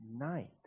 night